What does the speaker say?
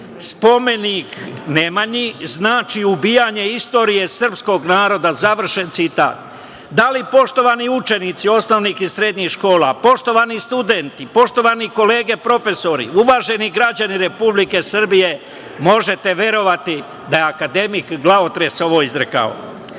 spomenik Nemanji znači ubijanje istorije srpskog naroda, završen citat. Da li poštovani učenici osnovnih i srednjih škola, poštovani studenti, poštovani kolege profesori, uvaženi građani Republike Srbije možete verovati da je akademik glavotres ovo izrekao?